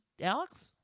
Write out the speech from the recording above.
Alex